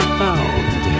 found